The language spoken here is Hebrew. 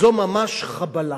זו ממש חבלה.